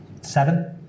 Seven